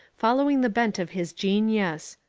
following the bent of his genius.